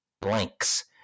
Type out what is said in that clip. Blanks